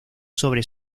sobre